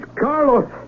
Carlos